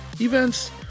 events